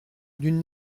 d’une